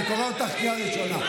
אני קורא אותך בקריאה ראשונה.